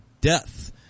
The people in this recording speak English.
death